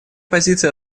позиция